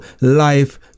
life